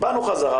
באנו חזרה,